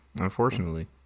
unfortunately